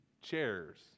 chairs